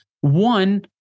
One